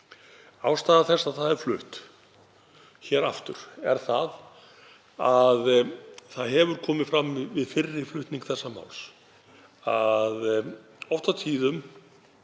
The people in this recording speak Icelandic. Ástæða þess að það er flutt hér aftur er sú að komið hefur fram við fyrri flutning þessa máls að oft og tíðum